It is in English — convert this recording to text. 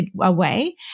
away